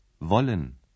Wollen